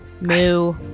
Moo